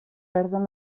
perden